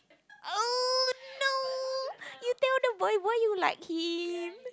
oh no you tell the boy boy you like him